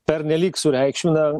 pernelyg sureikšmina